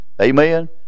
amen